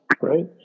right